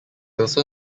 also